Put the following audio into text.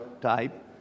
type